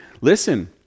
Listen